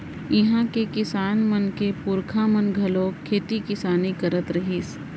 इहां के किसान मन के पूरखा मन घलोक खेती किसानी करत रिहिस